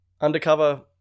Undercover